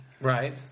right